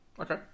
Okay